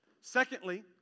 Secondly